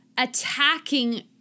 Attacking